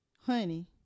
honey